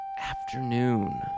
Afternoon